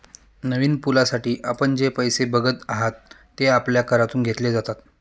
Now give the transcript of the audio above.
नवीन पुलासाठी आपण जे पैसे बघत आहात, ते आपल्या करातून घेतले जातात